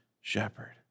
shepherd